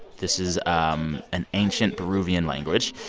this is um an ancient peruvian language.